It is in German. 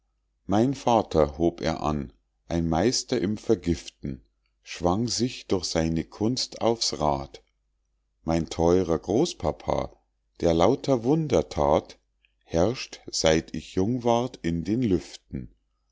mein vater hob er an ein meister im vergiften schwang sich durch seine kunst auf's rad mein theurer großpapa der lauter wunder that herrscht seit ich jung ward in den lüften